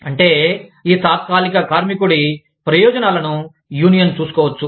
అంటే ఈ తాత్కాలిక కార్మికుడి ప్రయోజనాలను యూనియన్ చూసుకోవచ్చు